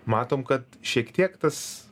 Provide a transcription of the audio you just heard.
matom kad šiek tiek tas